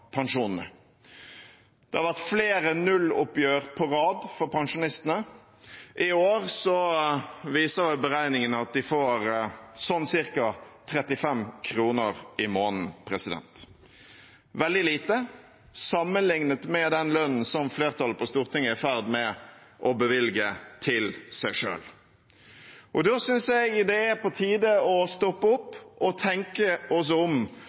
pensjonene. Det har vært flere nulloppgjør på rad for pensjonistene. I år viser beregningene at de får ca. 35 kr i måneden – veldig lite sammenlignet med den lønnen som flertallet på Stortinget er i ferd med å bevilge til seg selv. Da synes jeg det er på tide å stoppe opp og tenke seg om,